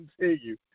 continue